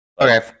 Okay